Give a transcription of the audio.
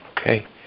Okay